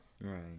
right